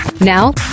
Now